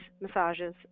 massages